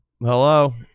Hello